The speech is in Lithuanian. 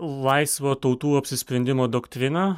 laisvo tautų apsisprendimo doktriną